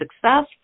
success